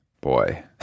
boy